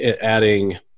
adding